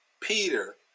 Peter